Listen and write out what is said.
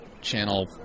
Channel